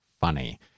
funny